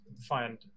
find